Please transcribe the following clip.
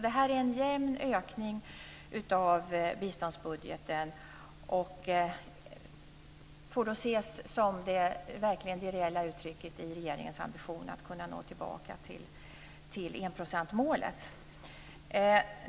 Detta är alltså en jämn ökning av biståndsbudgeten och får då ses som det reella uttrycket i regeringens ambition att kunna nå tillbaka till enprocentsmålet.